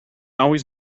always